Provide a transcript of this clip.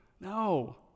No